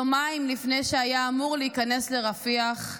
יומיים לפני שהיה אמור להיכנס לרפיח,